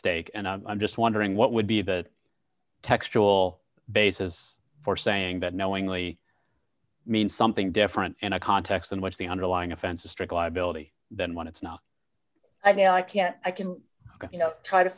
stake and i'm just wondering what would be the textual basis for saying that knowingly means something different in a context in which the underlying offense a strict liability than when it's not i mean i can i can you know try to